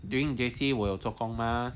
during J_C 我有做工 mah